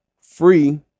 free